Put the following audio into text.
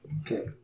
Okay